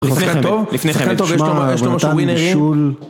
לפני חבר'ה, לפני חבר'ה, יש לך משהו ווינרים?